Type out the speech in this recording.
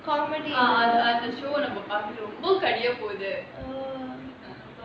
ah ah the show பார்க்க ரொம்ப கடியா போகுது:paarka romba kadiyaa poguthu